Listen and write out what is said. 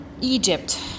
Egypt